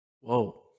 Whoa